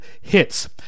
hits